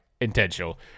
intentional